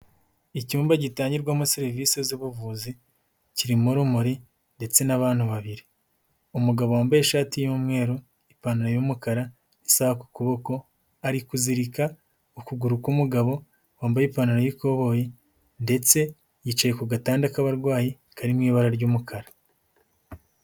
Icyumba gitangirwamo serivisi z'ubuvuzi kirimo urumuri ndetse n'abantu babiri. Umugabo wambaye ishati y'umweru, ipantaro y'umukara, isaha ku kuboko. Ari kuzirika ukuguru k'umugabo wambaye ipantaro y'ikoboyi ndetse yicaye ku gatanda k'abarwayi, kari mu ibara ry'umukara.